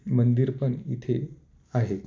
मंदिर पण इथे आहे